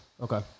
Okay